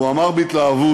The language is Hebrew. והוא אמר בהתלהבות: